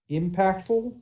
impactful